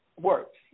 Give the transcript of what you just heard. works